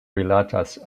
rilatas